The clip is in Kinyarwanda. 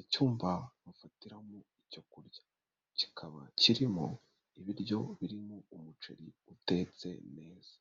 Icyumba bafatiramo icyo kurya. Kikaba kirimo ibiryo birimo umuceri utetse neza.